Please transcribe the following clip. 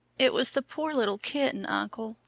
it was the poor little kitten, uncle,